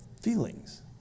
feelings